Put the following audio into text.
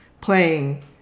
playing